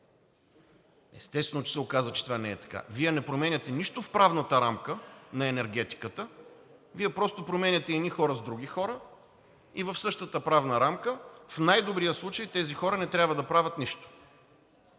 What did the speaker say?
Естествено, че се оказа, че това не е така. Вие не променяте нищо в правната рамка на енергетиката, Вие просто променяте едни хора с други хора и в същата правна рамка в най-добрия случай тези хора не трябва да правят нищо